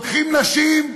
לוקחים נשים,